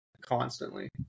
constantly